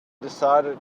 decided